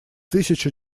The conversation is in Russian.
тысяча